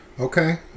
Okay